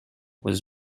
was